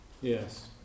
Yes